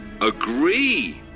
agree